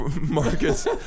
Marcus